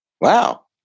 Wow